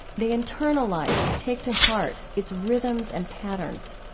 they internalize, take to heart, its rhythms and patterns.